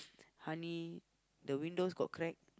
honey the windows got crack